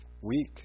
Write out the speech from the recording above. weak